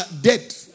dead